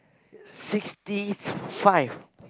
sixty five